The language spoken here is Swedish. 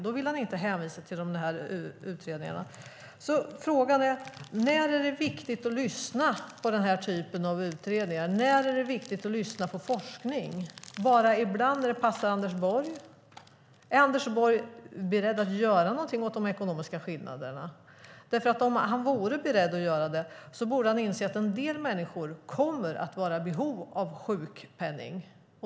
Då vill han inte hänvisa till dessa utredningar. Frågan är: När är det viktigt att lyssna på denna typ av utredningar, och när är det viktigt att lyssna på forskare? Är det bara ibland när det passar Anders Borg? Är Anders Borg beredd att göra någonting åt de ekonomiska skillnaderna? Om han vore beredd att göra det borde han inse att en del människor kommer att vara i behov av sjukpenning.